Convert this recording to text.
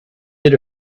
that